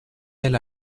del